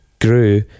grew